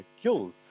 killed